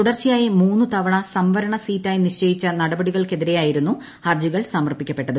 തുടർച്ചയായി മൂന്നു തവണ സംവരണ സീറ്റായി നിശ്ചയിച്ച നടപടികൾക്കെതിരെയായിരുന്നു ഹർജികൾ സമർപ്പിക്കപ്പെട്ടത്